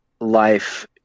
life